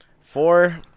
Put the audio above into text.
Four